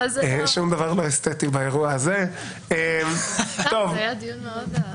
שום דבר לא אסתטי באירוע של דמי חסות.